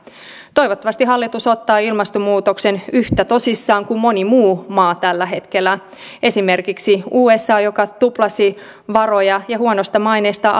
toivottavasti hallitus ottaa ilmastonmuutoksen yhtä tosissaan kuin moni muu maa tällä hetkellä esimerkiksi usa joka tuplasi varoja ja huonosta maineesta